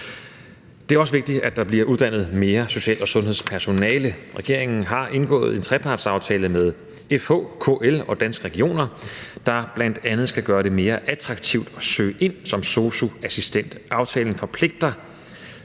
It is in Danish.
Det er også vigtigt, at der bliver uddannet mere social- og sundhedspersonale. Regeringen har indgået en trepartsaftale med FH, KL og Danske Regioner, der bl.a. skal gøre det mere attraktivt at søge ind som sosu-assistent. Med aftalen forpligter